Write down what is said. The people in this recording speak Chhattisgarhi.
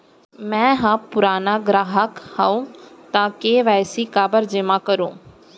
मैं ह पुराना ग्राहक हव त के.वाई.सी काबर जेमा करहुं?